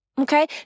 okay